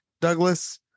Douglas